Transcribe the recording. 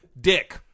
dick